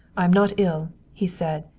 i am not ill, he said,